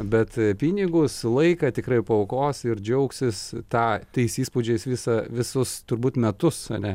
bet pinigus laiką tikrai paaukos ir džiaugsis tą tais įspūdžiais visą visus turbūt metus ane